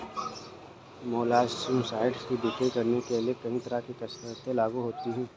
molluscicides की बिक्री करने के लिए कहीं तरह की शर्तें लागू होती है